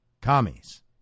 Commies